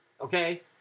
okay